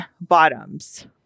bottoms